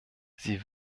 sie